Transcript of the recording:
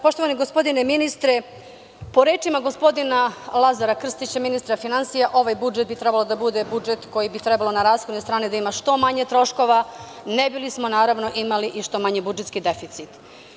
Poštovani gospodine ministre, po rečima gospodina Lazara Krstića, ministra finansija, ovaj budžet bi trebalo da bude budžet koji bi trebalo na rashodne strane da ima što manje troškova, ne bismo li imali i što manji budžetski deficit.